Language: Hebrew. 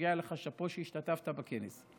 מגיע לך שאפו שהשתתפת בכנס,